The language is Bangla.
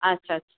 আচ্ছা আচ্ছা